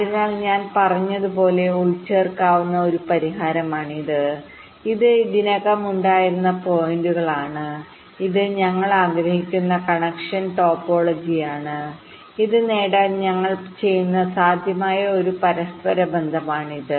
അതിനാൽ ഞാൻ പറഞ്ഞതുപോലുള്ള ഉൾച്ചേർക്കാനുള്ള ഒരു പരിഹാരമാണിത് ഇത് ഇതിനകം ഉണ്ടായിരുന്ന പോയിന്റുകളാണ് ഇത് ഞങ്ങൾ ആഗ്രഹിക്കുന്ന കണക്ഷൻ ടോപ്പോളജിയാണ് ഇത് നേടാൻ ഞങ്ങൾ ചെയ്യുന്ന സാധ്യമായ ഒരു പരസ്പരബന്ധമാണിത്